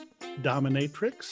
Dominatrix